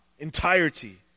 Entirety